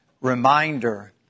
reminder